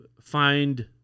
find